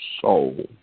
soul